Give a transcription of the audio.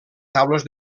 taules